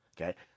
okay